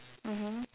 mmhmm